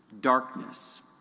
darkness